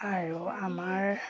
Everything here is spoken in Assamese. আৰু আমাৰ